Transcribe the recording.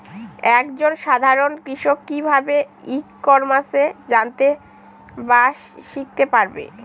এক জন সাধারন কৃষক কি ভাবে ই কমার্সে জানতে বা শিক্ষতে পারে?